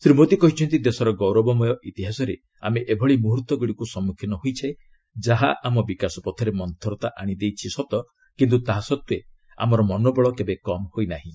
ଶ୍ରୀ ମୋଦି କହିଛନ୍ତି ଦେଶର ଗୌରବମୟ ଇତିହାସରେ ଆମେ ଏଭଳି ମୁହର୍ତ୍ତଗୁଡ଼ିକୁ ସମ୍ମୁଖୀନ ହୋଇଛେ ଯାହା ଆମ ବିକାଶ ପଥରେ ମନ୍ଚରତା ଆଣିଦେଇଛି ସତ କିନ୍ତୁ ତାହାସତ୍ତ୍ୱେ ଆମର ମନୋବଳ କେବେ କମ୍ ହୋଇନାହିଁ